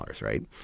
right